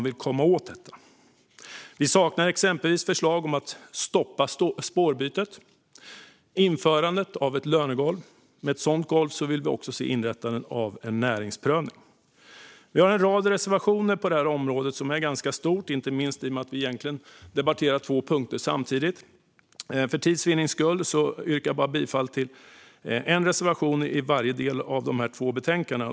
Vi saknar exempelvis förslag om stopp för spårbyte och införande av ett lönegolv, och med ett lönegolv vill vi också se inrättandet av en näringsprövning. Vi har en rad reservationer på detta område, som ju är ganska stort, inte minst eftersom vi debatterar två betänkanden samtidigt. För tids vinning yrkar jag bifall bara till en reservation i vart och ett av betänkandena.